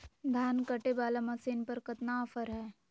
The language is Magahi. धान कटे बाला मसीन पर कतना ऑफर हाय?